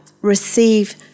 receive